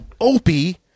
Opie